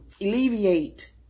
alleviate